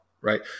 right